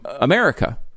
America